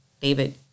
David